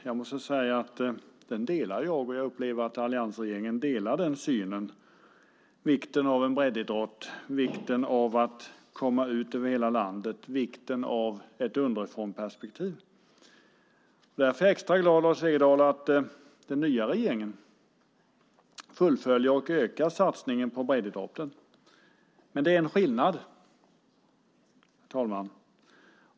Jag måste säga att den delar jag, och jag upplever att alliansregeringen delar den synen, vikten av en breddidrott, vikten av att komma ut över hela landet, vikten av ett underifrånperspektiv. Därför är jag extra glad, Lars Wegendal, att den nya regeringen fullföljer och ökar satsningen på breddidrotten. Men det är en skillnad, herr talman.